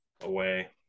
away